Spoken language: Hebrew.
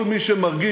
כל מי שמרגיש